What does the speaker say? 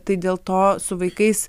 tai dėl to su vaikais